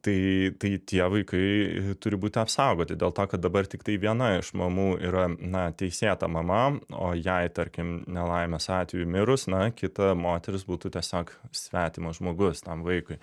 tai tai tie vaikai turi būti apsaugoti dėl to kad dabar tiktai viena iš mamų yra na teisėta mama o jei tarkim nelaimės atveju mirus na kita moteris būtų tiesiog svetimas žmogus tam vaikui